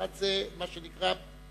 ואחת זה מה שנקרא פחזנות,